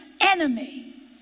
enemy